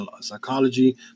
psychology